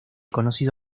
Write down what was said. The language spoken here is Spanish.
conocido